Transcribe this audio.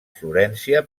florència